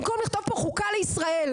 במקום לכתוב פה חוקה לישראל,